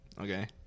Okay